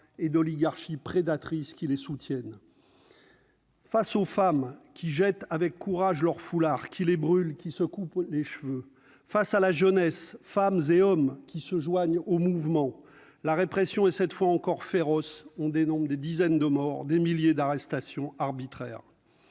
et d'oligarchie prédatrice qui les soutiennent face aux femmes qui jettent avec courage leur foulard qui les brûlent qui se coupe les cheveux face à la Jeunesse, femmes et hommes qui se joignent au mouvement, la répression, et cette fois encore, féroce, on dénombre des dizaines de morts, des milliers d'arrestations arbitraires